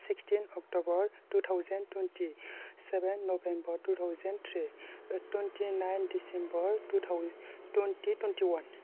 sixteen October two thousand twenty seven November two thousand three twenty nine December twenty twenty-one